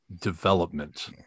development